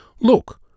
look